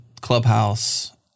Clubhouse